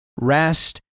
rest